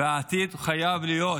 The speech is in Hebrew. והעתיד חייב להיות,